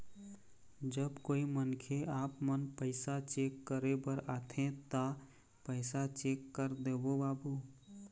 जब कोई मनखे आपमन पैसा चेक करे बर आथे ता पैसा चेक कर देबो बाबू?